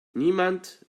niemand